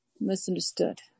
misunderstood